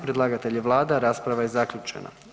Predlagatelj je vlada, a rasprava je zaključena.